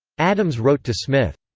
addams wrote to smith.